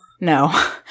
No